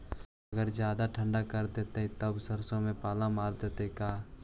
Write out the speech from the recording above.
अगर जादे ठंडा कर देतै तब सरसों में पाला मार देतै का?